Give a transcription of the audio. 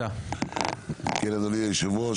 אדוני היושב-ראש,